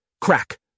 Crack